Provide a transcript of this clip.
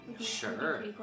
Sure